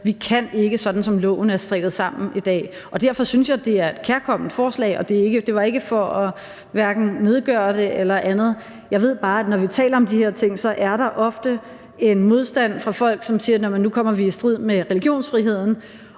Vi kan ikke, sådan som loven er strikket sammen i dag. Derfor synes jeg, det er et kærkomment forslag. Og det var ikke for hverken at nedgøre det eller andet, men jeg ved bare, at når vi taler om de her ting, er der ofte en modstand fra folk, som siger, at nu kommer vi i strid med religionsfriheden.